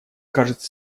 кажется